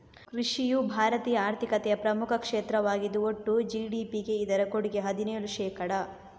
ಕೃಷಿಯು ಭಾರತೀಯ ಆರ್ಥಿಕತೆಯ ಪ್ರಮುಖ ಕ್ಷೇತ್ರವಾಗಿದ್ದು ಒಟ್ಟು ಜಿ.ಡಿ.ಪಿಗೆ ಇದರ ಕೊಡುಗೆ ಹದಿನೇಳು ಶೇಕಡಾ